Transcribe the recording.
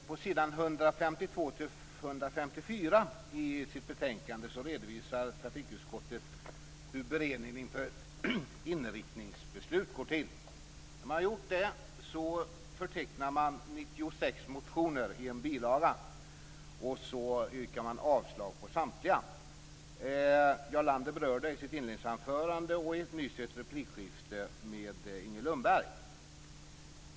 Fru talman! På s. 152-154 i betänkandet redovisar trafikutskottet hur beredningen inför inriktningsbeslut går till. När man har gjort det förtecknar man 96 motioner i en bilaga och avstyrker samtliga. Jarl Lander berörde detta i sitt inledningsanförande och i ett replikskifte med Inger Lundberg.